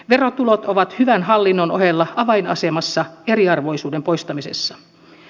verotulot ovat hyvän hallinnon ohella avainasemassa eriarvoisuuden poistamisessa